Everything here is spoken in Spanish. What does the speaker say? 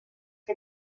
que